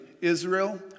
Israel